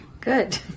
good